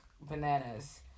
bananas